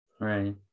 right